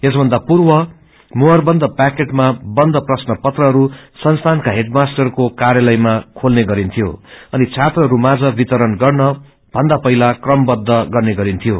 यसभन्दा पूर्व मुहरबन्द पैकेटमा बन्द प्रश्न पत्रहरू संस्थानका हेडमास्टरको कार्यालयमा खोल्ने गरिन्थ्यो अनि छात्रहरू माझ वितरण गर्न भन्दा पहिला क्रमबद्ध गर्ने गरिन्थ्यो